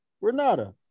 Renata